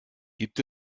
gibt